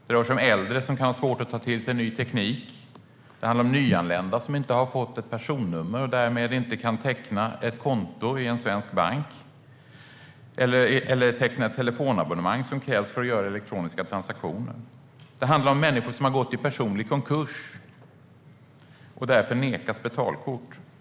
Det rör sig om äldre som kan ha svårt att ta till sig ny teknik. Det handlar om nyanlända som inte har fått ett personnummer och därmed inte kan öppna ett konto i en svensk bank eller teckna ett telefonabonnemang som krävs för att göra elektroniska transaktioner. Det handlar om människor som har gått i personlig konkurs och därför nekas betalkort.